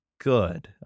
good